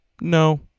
no